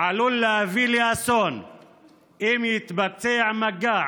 עלול להביא לאסון אם יהיה מגע